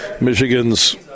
Michigan's